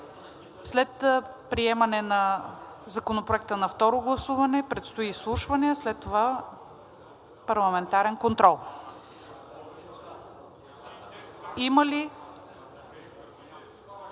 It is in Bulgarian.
След приемане на Законопроекта на второ гласуване предстои изслушване, след това парламентарен контрол. Има ли